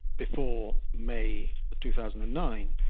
before may two thousand and nine,